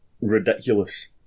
ridiculous